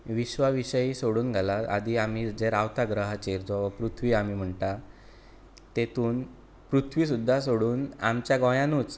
हे विश्वा विशयी सोडून घाला आदी आमी जे रावता ग्रहाचेर जो पृथ्वी आमी म्हणटा तेतूंत पृथ्वी सुद्दां सोडून आमच्या गोंयानूच